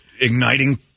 igniting